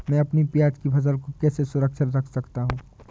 मैं अपनी प्याज की फसल को कैसे सुरक्षित रख सकता हूँ?